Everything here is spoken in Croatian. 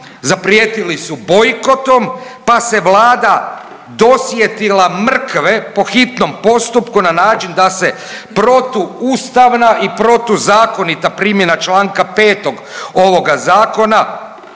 zaprijetili su bojkotom, pa se Vlada dosjetila mrkve po hitnom postupku na način da se protuustavna i protuzakonita primjena članka 5. ovoga zakona